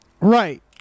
Right